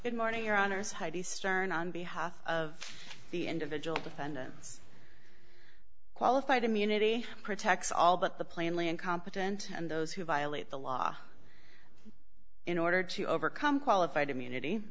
good morning your honour's heidi stern on behalf of the individual defendants qualified immunity protects all but the plainly incompetent and those who violate the law in order to overcome qualified immunity